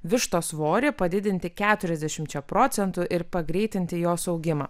vištos svorį padidinti keturiasdešimčia procentų ir pagreitinti jos augimą